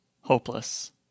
hopeless